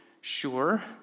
sure